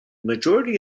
majority